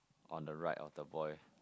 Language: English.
on the right of the boy